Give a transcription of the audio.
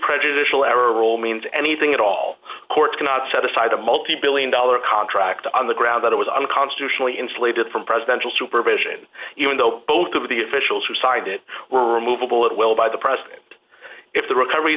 prejudicial ever rule means anything at all courts cannot set aside a multi billion dollar contract on the grounds that it was an constitutionally insulated from presidential supervision even though both of the officials who signed it were removable at will by the president if the recovery